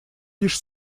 лишь